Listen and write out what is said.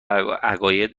عقاید